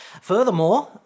Furthermore